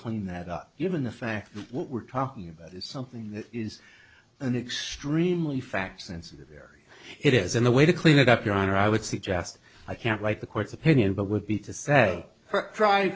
n that up given the fact that what we're talking about is something that is an extremely fact sensitive there it isn't the way to clean it up your honor i would suggest i can't write the court's opinion but would be to say